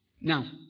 Now